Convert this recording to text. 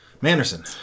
Manderson